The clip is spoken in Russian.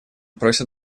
просит